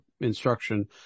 instruction